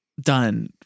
done